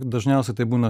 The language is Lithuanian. dažniausiai tai būna